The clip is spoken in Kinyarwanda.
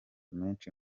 menshi